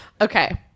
Okay